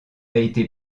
été